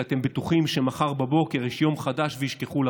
כי אתם בטוחים שמחר בבוקר יש יום חדש וישכחו לכם.